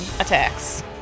attacks